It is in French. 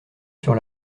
sur